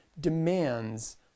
demands